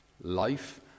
life